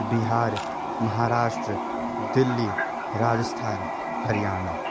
बिहार् महाराष्ट्रं दिल्ली राजस्थानं हरियाणा